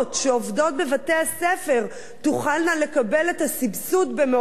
בבתי-הספר תוכלנה לקבל את הסבסוד במעונות-היום.